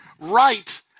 right